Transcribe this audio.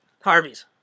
harvey's